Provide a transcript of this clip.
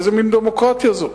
איזה מין דמוקרטיה זאת?